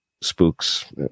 spooks